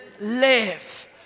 live